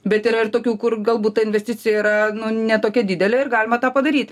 bet yra ir tokių kur galbūt ta investicija yra ne tokia didelė ir galima tą padaryt